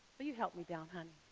will you help me down, honey?